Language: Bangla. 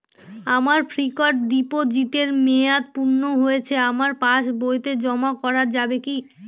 আমার ফিক্সট ডিপোজিটের মেয়াদ পূর্ণ হয়েছে আমার পাস বইতে জমা করা যাবে কি?